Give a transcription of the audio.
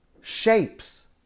shapes